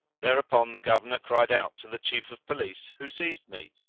thereupon the governor cried out to the chief of police who seized me,